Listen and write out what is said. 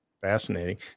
Fascinating